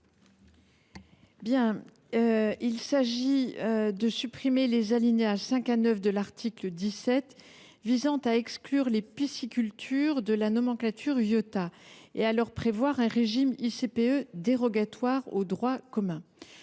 Nous proposons de supprimer les alinéas 5 à 9 de l’article 17 visant à exclure les piscicultures de la nomenclature Iota et à leur prévoir un régime d’ICPE dérogatoire au droit commun.